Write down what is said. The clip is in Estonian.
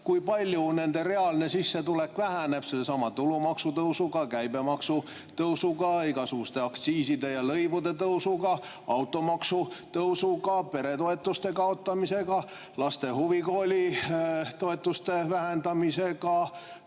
kui palju nende reaalne sissetulek väheneb sellesama tulumaksu tõusuga, käibemaksu tõusuga, igasuguste aktsiiside ja lõivude tõusuga, automaksuga, peretoetuste kaotamisega, laste huvikoolitoetuste vähendamisega